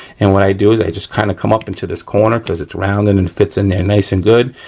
and what i do is i just kind of come up into this corner cause it's round and and it fits in there nice and good.